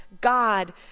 God